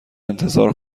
انتظار